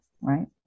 right